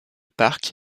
parc